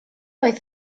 oedd